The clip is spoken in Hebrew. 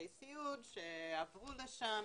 עובדי סיעוד שעברו לשם,